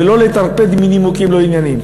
ולא לטרפד מנימוקים לא ענייניים.